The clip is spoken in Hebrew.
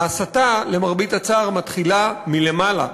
ההסתה, למרבה הצער, מתחילה מלמעלה.